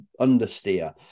understeer